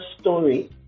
story